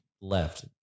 left